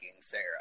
Sarah